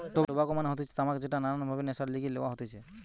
tobacco মানে হতিছে তামাক যেটা নানান ভাবে নেশার লিগে লওয়া হতিছে